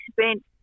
spent